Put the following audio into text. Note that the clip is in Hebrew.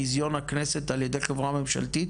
בזיון הכנסת על ידי חברה ממשלתית,